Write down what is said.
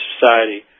society